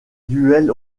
duel